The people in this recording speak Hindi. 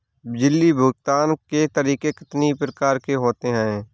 बिजली बिल भुगतान के तरीके कितनी प्रकार के होते हैं?